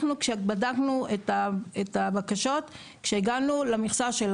אנחנו שבדקנו את הבקשות שהגענו למכסה של